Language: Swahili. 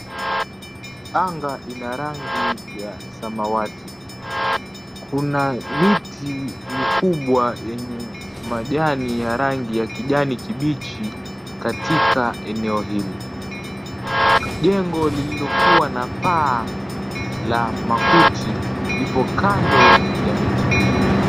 Anga ina rangi ya samawati. Kuna miti mikubwa yenye majani ya rangi ya kijani kibichi katika eneo hili. Jengo lililokuwa na paa la makuti lipo kando ya miti hiyo.